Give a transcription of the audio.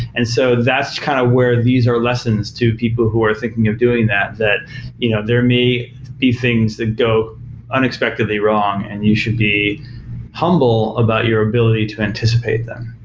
and so that's kind of where these are lessons to people who are thinking of doing that, that you know there may be things that go unexpectedly wrong and you should be humble about your ability to anticipate them.